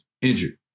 injured